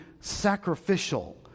sacrificial